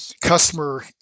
Customer